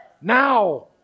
Now